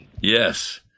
Yes